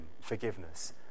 forgiveness